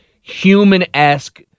human-esque